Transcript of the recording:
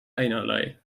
einerlei